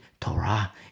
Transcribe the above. Torah